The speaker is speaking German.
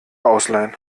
ausleihen